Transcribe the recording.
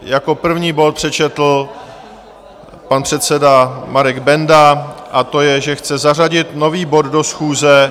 Jako první bod přečetl pan předseda Marek Benda, a to je, že chce zařadit nový bod do schůze.